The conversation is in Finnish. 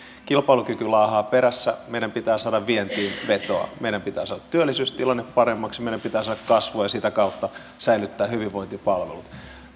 kilpailukyky laahaa perässä meidän pitää saada vientiin vetoa meidän pitää saada työllisyystilanne paremmaksi ja meidän pitää saada kasvua ja sitä kautta säilyttää hyvinvointipalvelut